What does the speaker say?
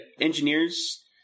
engineers